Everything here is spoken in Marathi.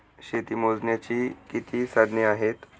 शेती मोजण्याची किती साधने आहेत?